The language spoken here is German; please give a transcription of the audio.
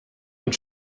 und